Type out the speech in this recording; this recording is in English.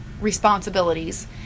responsibilities